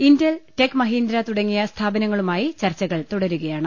Intel tech Mahindra തുടങ്ങിയ സ്ഥാപനങ്ങളുമായി ചർച്ചകൾ തുടരുകയാണ്